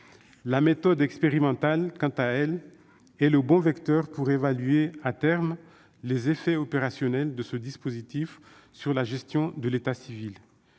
La méthode expérimentale, quant à elle, est le bon vecteur pour évaluer, à terme, les effets opérationnels de ce dispositif sur la gestion de l'état civil.